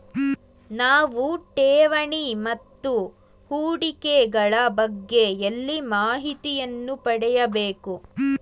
ನಾವು ಠೇವಣಿ ಮತ್ತು ಹೂಡಿಕೆ ಗಳ ಬಗ್ಗೆ ಎಲ್ಲಿ ಮಾಹಿತಿಯನ್ನು ಪಡೆಯಬೇಕು?